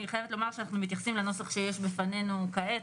אני חייבת לומר שאנחנו מתייחסים לנוסח שיש בפנינו כעת.